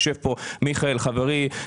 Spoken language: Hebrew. יושב פה מיכאל, חברי.